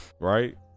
Right